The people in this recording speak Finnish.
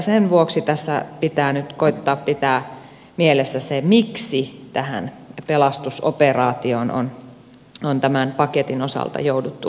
sen vuoksi tässä pitää nyt koettaa pitää mielessä se miksi tähän pelastusoperaatioon on tämän paketin osalta jouduttu lähtemään